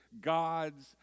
God's